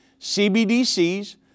CBDCs